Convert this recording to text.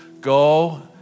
go